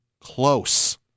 close